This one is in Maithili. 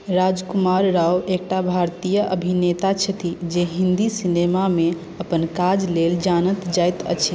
राजकुमार राव एकटा भारतीय अभिनेता छथि जे हिन्दी सिनेमामे अपन काज लेल जानल जाइत अछि